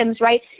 right